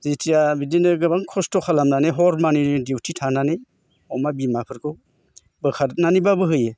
जेथिया बिदिनो गोबां खस्थ' खालामनानै हर मानि दिउथि थानानै अमा बिमाफोरखौ बोखारनानैबाबो होयो